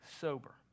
sober